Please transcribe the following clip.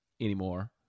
anymore